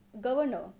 Governor